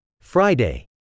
Friday